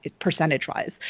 percentage-wise